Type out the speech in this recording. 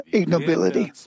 ignobility